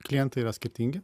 klientai yra skirtingi